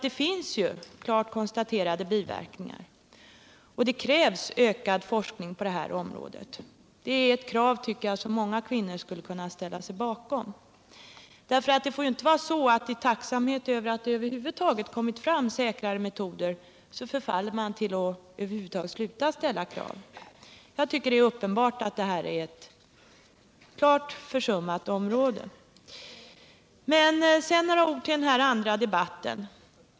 Det finns ju klart konstaterade biverkningar, och det krävs ökad forskning på det här området. Detta är krav som många kvinnor skulle kunna ställa sig bakom. Det får inte vara så, att man i tacksamhet över att det över huvud taget kommit fram säkrare preventivmetoder förfaller till att sluta ställa krav. Det här är uppenbart ett klart försummat område. Sedan vill jag säga några ord i den här andra debatten.